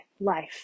life